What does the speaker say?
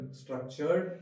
structured